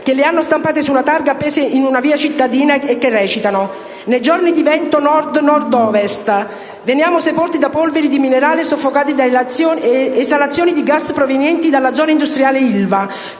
che le hanno stampate su una targa appesa in una via cittadina a ridosso dello stabilimento: "Nei giorni di vento nord-nord/ovest, veniamo sepolti da polveri di minerale e soffocati da esalazioni di gas provenienti dalla zona industriale Ilva.